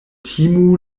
timu